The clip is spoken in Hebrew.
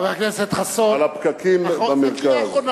חבר הכנסת חסון, ולהקל על הפקקים במרכז.